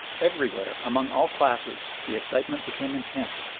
everywhere, among all classes, the excitement became intense,